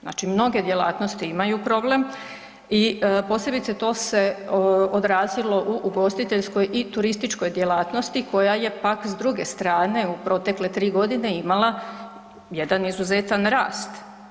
Znači mnoge djelatnosti imaju problem i posebice to se odrazilo u ugostiteljskoj i turističkoj djelatnosti koja je pak s druge strane u protekle 3 g. imala jedan izuzetan rast.